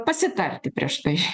pasitarti prieš tai